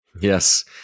Yes